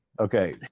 Okay